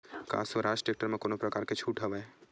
का स्वराज टेक्टर म कोनो प्रकार के छूट हवय?